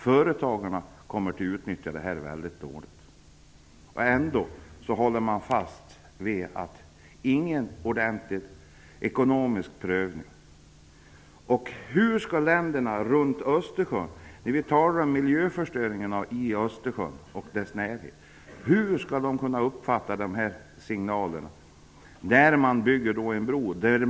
Företagarna kommer att utnyttja bron dåligt. Ändå håller man fast vid att det inte behöver göras någon ordentlig ekonomisk prövning. Vi talar mycket om miljöförstöringen i Östersjön och dess närhet, och hur skall länderna runt Östersjön uppfatta signalen att vi bygger en bro här?